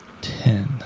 Ten